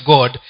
God